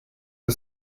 the